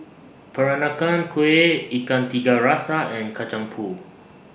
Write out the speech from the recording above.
Peranakan Kueh Ikan Tiga Rasa and Kacang Pool